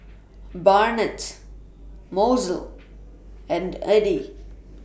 Barnett Mozell and Eddy